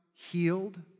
Healed